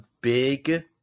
big